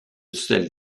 celles